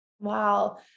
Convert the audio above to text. Wow